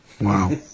Wow